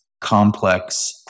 complex